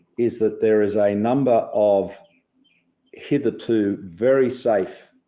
is that there is a number of hitherto very safe